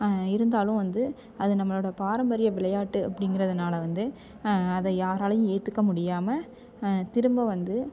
இருந்தாலும் வந்து அது நம்மளோட பாரம்பரிய விளையாட்டு அப்படிங்கிறதுனால வந்து அதை யாராலையும் ஏற்றுக்க முடியாமல் திரும்ப வந்து